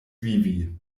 vivi